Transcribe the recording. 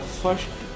first